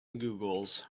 googles